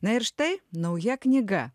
na ir štai nauja knyga